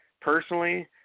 personally